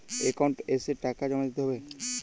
Account এসে টাকা জমা দিতে হবে?